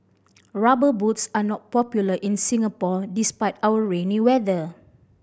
Rubber Boots are not popular in Singapore despite our rainy weather